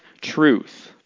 truth